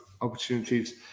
opportunities